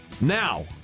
Now